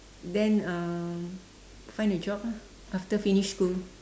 then um find a job lah after finish school